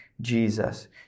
Jesus